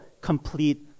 complete